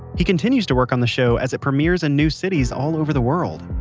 he continues to work on the show as it premieres in new cities all over the world.